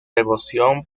devoción